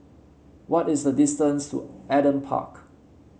what is the distance to Adam Park